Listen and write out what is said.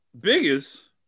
Biggest